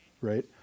right